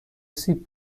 سیب